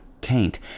Taint